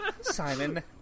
Simon